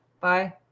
Bye